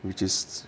which is